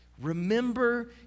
remember